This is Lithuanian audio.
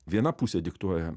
viena pusė diktuoja